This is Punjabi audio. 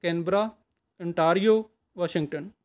Canberra Ontario Washington